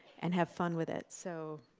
and have fun with it, so